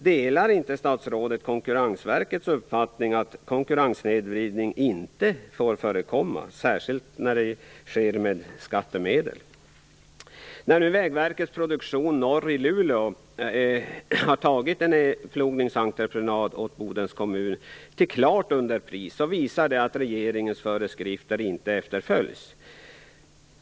Delar inte statsrådet Konkurrensverkets uppfattning att konkurrenssnedvridning inte får förekomma - särskilt när det sker med skattemedel? När nu Vägverket Produktion Norr i Luleå tagit en plogningsentreprenad åt Bodens kommun till klart underpris visar det att regeringens föreskrifter inte efterföljs.